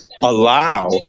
allow